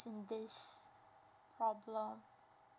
in this problem